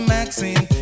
Maxine